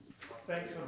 Thanks